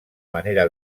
manera